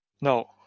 No